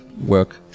work